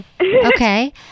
Okay